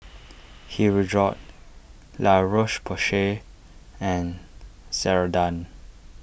Hirudoid La Roche Porsay and Ceradan